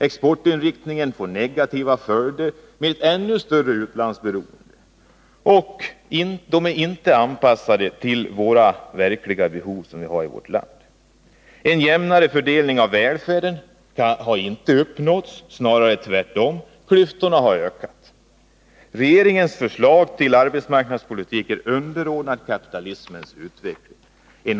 Exportinriktningen får negativa följder med ännu större utlandsberoende. Åtgärderna är inte anpassade till de verkliga behov som vi har i vårt land. En jämnare fördelning av välfärden har inte uppnåtts. Snarare är det tvärtom så att klyftorna har ökat. Regeringens förslag till arbetsmarknadspolitik är underordnade kapitalismens utveckling.